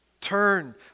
Turn